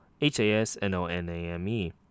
h-a-s-n-o-n-a-m-e